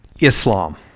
Islam